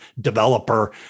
developer